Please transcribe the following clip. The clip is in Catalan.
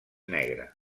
negre